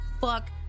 fuck